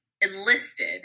Enlisted